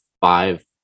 five